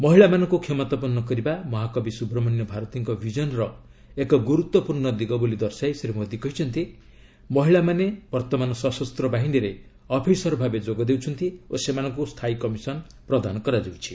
ମହିଳାମାନଙ୍କୁ କ୍ଷମତାପନ୍ନ କରିବା ମହାକବି ସୁବ୍ରମଣ୍ୟ ଭାରତୀଙ୍କ ବିଜନର ଏକ ଗୁରୁତ୍ୱପୂର୍ଣ୍ଣ ଦିଗ ବୋଲି ଦର୍ଶାଇ ଶ୍ରୀ ମୋଦୀ କହିଛନ୍ତି ମହିଳାମାନେ ବର୍ତ୍ତମାନ ସଶସ୍ତ ବାହିନୀରେ ଅଫିସର ଭାବେ ଯୋଗ ଦେଉଛନ୍ତି ଓ ସେମାନଙ୍କୁ ସ୍ଥାୟୀ କମିଶନ୍ ପ୍ରଦାନ କରାଯାଉଛି